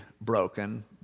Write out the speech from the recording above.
broken